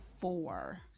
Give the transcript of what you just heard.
four